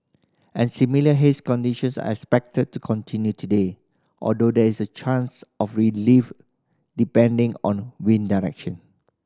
and similar haze conditions are expected to continue today although there is a chance of relief depending on wind direction